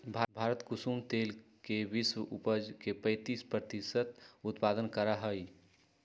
भारत कुसुम तेल के विश्व उपज के पैंतीस प्रतिशत उत्पादन करा हई